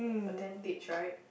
a tentage right